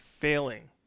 failing